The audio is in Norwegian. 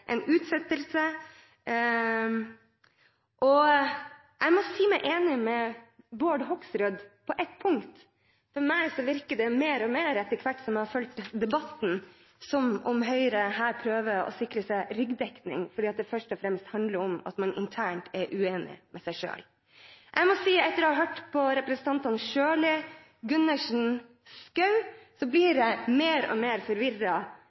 en utsettelse. Jeg må si meg enig med Bård Hoksrud på ett punkt. For meg virker det mer og mer, etter hvert som jeg har fulgt debatten, som om Høyre her prøver å sikre seg ryggdekning, for det handler først og fremst om at man internt er uenig med seg selv. Jeg må si at etter å ha hørt på representantene Sjøli, Gundersen og Schou, blir jeg mer og mer